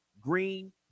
Green